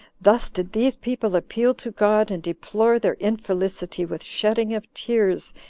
thus did these people appeal to god, and deplore their infelicity with shedding of tears,